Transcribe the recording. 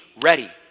ready